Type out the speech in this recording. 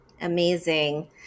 Amazing